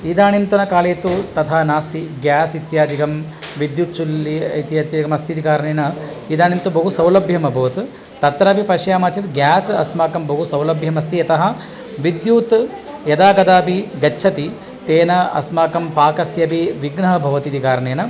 इदाणींतनकाले तु तथा नास्ति गेस् इत्यादिकं विद्युत्चुल्ली अस्ति इति कारणेन इदाणीं तु बहुसौलभ्यम् अभवत् तत्रापि पश्यामः चेत् गेस् अस्माकं बहुसौलभ्यम् अस्ति यतः विद्युत् यदा कदापि गच्छति तेन अस्माकं पाकस्य अपि विघ्नः भवति इति कारणेन